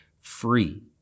free